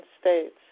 states